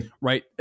right